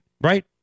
Right